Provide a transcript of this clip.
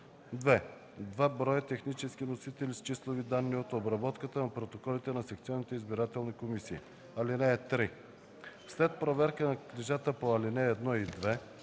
2. два броя технически носители с числовите данни от обработката на протоколите на секционните избирателни комисии. (3) След проверка на книжата по ал. 1 и 2